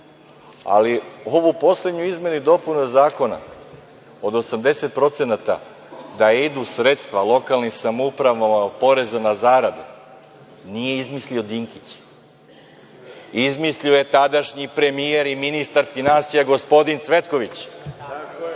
ali ovu poslednju izmenu i dopunu zakona, od 80% da idu sredstva lokalnim samoupravama od poreza na zarade, nije izmislio Dinkić, izmislio je tadašnji premijer i ministar finansija gospodin Cvetković. Što se